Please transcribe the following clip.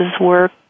work